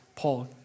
Paul